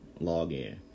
login